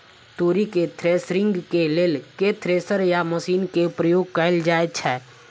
तोरी केँ थ्रेसरिंग केँ लेल केँ थ्रेसर या मशीन केँ प्रयोग कैल जाएँ छैय?